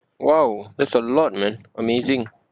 !wow! that's a lot man amazing